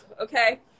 okay